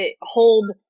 hold